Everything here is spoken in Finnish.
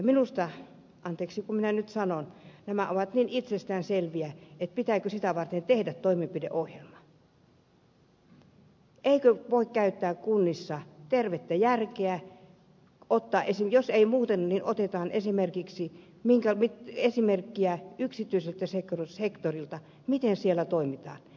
minusta anteeksi kun minä nyt sanon nämä ovat niin itsestäänselviä että pitääkö sitä varten tehdä toimenpideohjelma eikö voi käyttää kunnissa tervettä järkeä jos ei muuten niin otetaan esimerkkiä yksityiseltä sektorilta miten siellä toimitaan